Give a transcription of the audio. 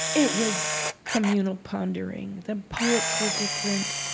it was communal pondering. the poets were different.